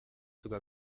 sogar